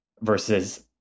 versus